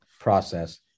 process